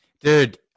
dude